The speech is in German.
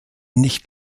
nicht